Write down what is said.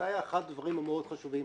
זה היה אחד הדברים המאוד חשובים.